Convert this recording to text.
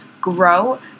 grow